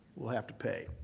will have to pay.